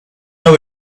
know